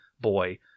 boy